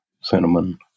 cinnamon